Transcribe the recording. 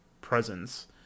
presence